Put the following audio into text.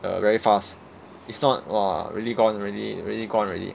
uh very fast if not !wah! really gone already really gone already